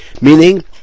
Meaning